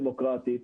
דמוקרטית,